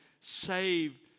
save